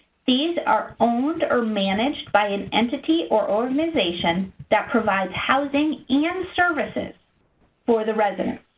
these are owned or managed by an entity or organization that provides housing and services for the residents.